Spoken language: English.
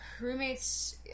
roommates